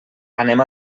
anem